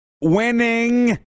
winning